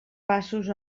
passos